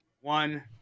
One